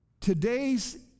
today's